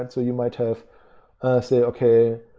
so you might have say, okay,